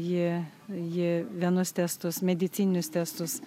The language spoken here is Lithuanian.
ji ji vienus testus medicininius testus